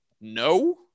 No